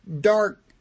Dark